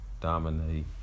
dominate